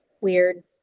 weird